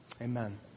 amen